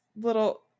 little